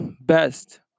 best